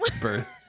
birth